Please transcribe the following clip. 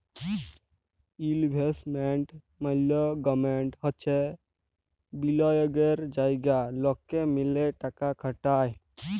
investment management হচ্যে বিলিয়গের জায়গা লকে মিলে টাকা খাটায়